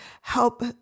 help